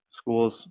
schools